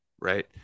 right